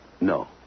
No